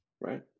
Right